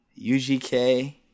UGK